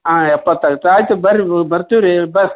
ಹಾಂ ಎಪ್ಪತ್ತು ಆಯ್ತು ಆಯಿತು ಬನ್ರಿ ವು ಬರ್ತೀವಿ ರಿ ಬ